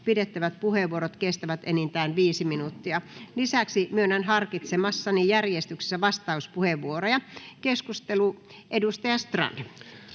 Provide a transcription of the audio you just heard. pidettävät puheenvuorot kestävät enintään 5 minuuttia. Lisäksi myönnän harkitsemassani järjestyksessä vastauspuheenvuoroja. — Keskustelu, edustaja Strand.